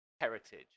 heritage